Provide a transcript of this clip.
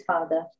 Father